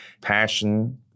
passion